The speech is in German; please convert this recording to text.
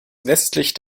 westlich